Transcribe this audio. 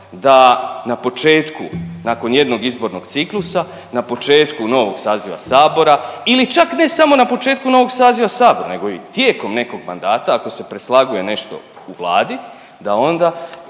da na početku nakon jednog izbornog ciklusa, na početku novog saziva sabora ili čak ne samo na početku novog saziva sabora nego i tijekom nekog mandata ako se preslaguje nešto u Vladi da onda